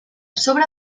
sobre